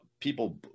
people